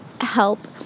help